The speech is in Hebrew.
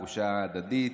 התחושה הדדית.